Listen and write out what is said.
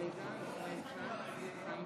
הכנסת ישראל